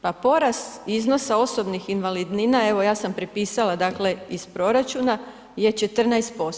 Pa porast iznosa osobnih invalidnina, evo ja sam prepisala, dakle iz proračuna je 14%